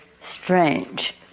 strange